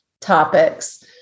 topics